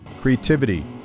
creativity